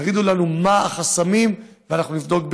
תגידו לנו מה החסמים ואנחנו נבדוק,